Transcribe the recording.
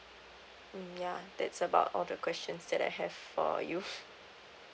mm yeah that's about all the questions that I have for you